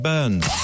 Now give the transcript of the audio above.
Burns